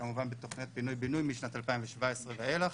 וכמובן בתוכניות פינוי-בינוי משנת 2017 ואילך.